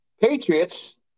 Patriots